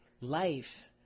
life